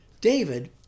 David